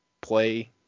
play